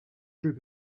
group